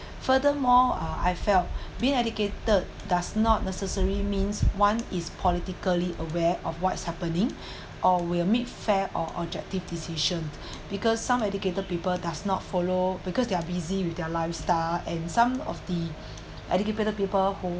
furthermore uh I felt been educated does not necessary means one is politically aware of what's happening or will make fair or objective decision because some educated people does not follow because they are busy with their lifestyle and some of the educated people who